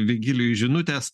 vigilijui žinutės